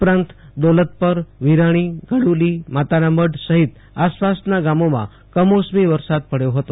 ઉપરાંત દોલતપર વિરાણી ઘડ્લી માતાનામઢ સહિત આસપાસના ગામોમાં કમોસમી વરસાદ પડ્યો હતો